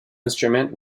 instrument